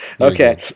Okay